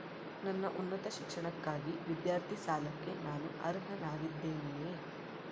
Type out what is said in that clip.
ನನ್ನ ಉನ್ನತ ಶಿಕ್ಷಣಕ್ಕಾಗಿ ವಿದ್ಯಾರ್ಥಿ ಸಾಲಕ್ಕೆ ನಾನು ಅರ್ಹನಾಗಿದ್ದೇನೆಯೇ?